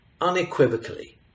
unequivocally